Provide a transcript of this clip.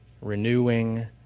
renewing